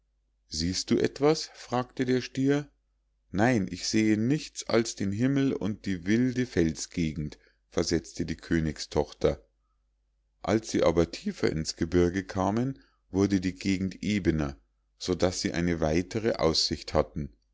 siehst du etwas fragte der stier nein ich sehe nichts als den himmel und die wilde felsgegend versetzte die königstochter als sie aber tiefer ins gebirge kamen wurde die gegend ebener so daß sie eine weitere aussicht hatten